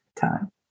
time